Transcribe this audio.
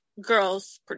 Girls